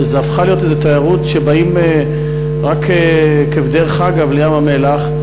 זו הפכה להיות איזו תיירות שבאים רק כבדרך אגב לים-המלח,